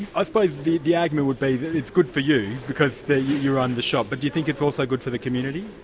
i suppose the the argument would be it's good for you, because you you run the shop, but do you think it's also good for the community?